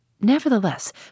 Nevertheless